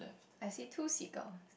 I see two seagull